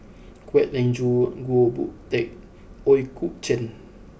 Kwek Leng Joo Goh Boon Teck Ooi Kok Chuen